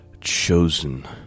chosen